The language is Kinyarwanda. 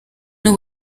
n’u